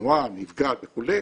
התנועה נפגעת וכו',